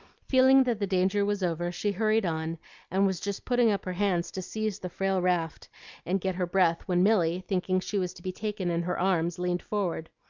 feeling that the danger was over, she hurried on and was just putting up her hands to seize the frail raft and get her breath when milly, thinking she was to be taken in her arms, leaned forward.